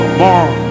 more